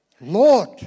Lord